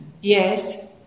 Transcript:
Yes